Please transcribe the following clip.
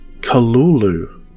Kalulu